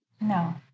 No